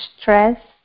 stress